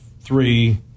three